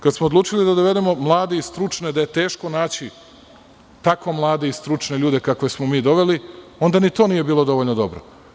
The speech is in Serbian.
Kada smo odlučili da dovedemo mlade i stručne, da je teško naći tako mlade i stručne ljude kakve smo mi doveli, onda ni to nije bilo dovoljno dobro.